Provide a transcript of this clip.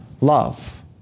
love